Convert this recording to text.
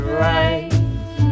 right